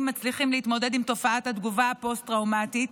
מצליחים להתמודד עם תופעת התגובה הפוסט-טראומטית